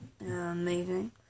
Amazing